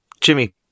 Jimmy